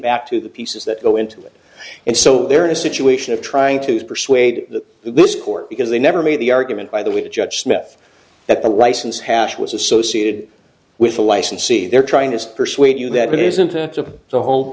back to the pieces that go into it so they're in a situation of trying to persuade this court because they never made the argument by the way to judge smith that the license hash was associated with the licensee they're trying to persuade you that it isn't the whole